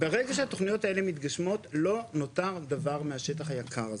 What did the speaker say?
ברגע שהתוכניות האלה מתגשמות לא נותר דבר מהשטח היקר הזה.